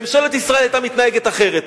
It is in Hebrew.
ממשלת ישראל היתה מתנהגת אחרת,